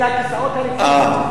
אל הכיסאות הריקים.